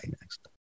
next